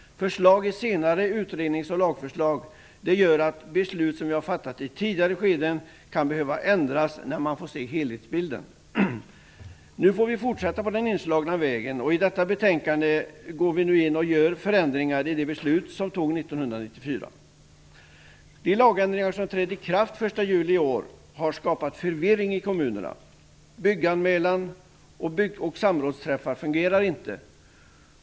Förslag i senare utrednings och lagförslag gör att beslut som vi har fattat i tidigare skeden kan behöva ändras när man får se helhetsbilden. Nu får vi fortsätta på den inslagna vägen. Och i detta betänkande gör vi förändringar i det beslut som fattades 1994. De lagändringar som trädde i kraft den 1 juli i år har skapat förvirring i kommunerna. Bygganmälan och samrådsträffar fungerar inte.